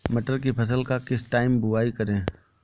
मटर की फसल का किस टाइम बुवाई करें?